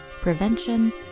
prevention